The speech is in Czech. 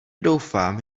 doufám